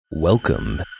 Welcome